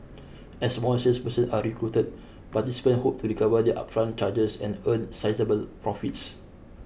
as more salespersons are recruited participants hope to recover their upfront charges and earn sizeable profits